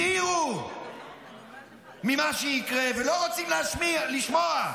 הזהירו ממה שיקרה, ולא רוצים לשמוע.